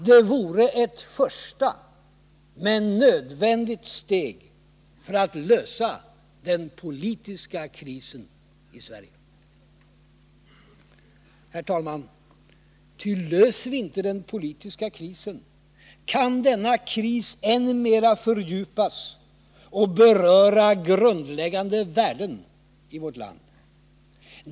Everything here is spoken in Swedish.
Det vore ett första, men nödvändigt, steg för att lösa den politiska krisen i Sverige. Ty löser vi inte den politiska krisen, herr talman, kan denna kris än mera fördjupas och beröra grundläggande värden i vårt land.